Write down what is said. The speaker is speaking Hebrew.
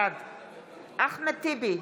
בעד אחמד טיבי,